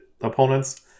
opponents